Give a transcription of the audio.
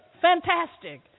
Fantastic